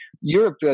Europe